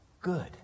good